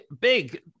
big